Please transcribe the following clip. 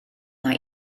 mae